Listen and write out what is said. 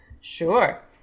Sure